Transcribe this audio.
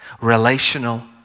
relational